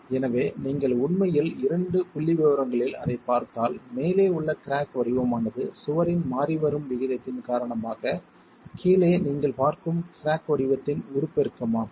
எனவே நீங்கள் உண்மையில் இரண்டு புள்ளிவிவரங்களில் அதைப் பார்த்தால் மேலே உள்ள கிராக் வடிவமானது சுவரின் மாறிவரும் விகிதத்தின் காரணமாக கீழே நீங்கள் பார்க்கும் கிராக் வடிவத்தின் உருப்பெருக்கமாகும்